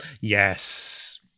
Yes